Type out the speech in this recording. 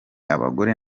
abagore